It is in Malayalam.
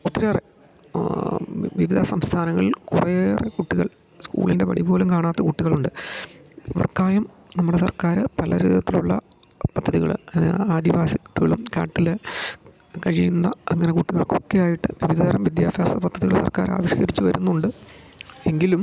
ഒത്തിരിയേറെ വിവിധ സംസ്ഥാനങ്ങൾ കുറേയേറെ കുട്ടികൾ സ്കൂളിൻ്റെ പടി പോലും കാണാത്ത കുട്ടികളുണ്ട് ഇവർക്കായും നമ്മുടെ സർക്കാർ പല തരത്തിലുള്ള പദ്ധതികൾ ആദിവാസി കുട്ടികളും കാട്ടിലെ കഴിയുന്ന അങ്ങനെ കുട്ടികൾകൊക്കെ ആയിട്ട് വിവിധ തരം വിദ്യാഭ്യാസ പദ്ധതികൾ സർക്കാർ ആവിഷ്കരിച്ചു വരുന്നുണ്ട് എങ്കിലും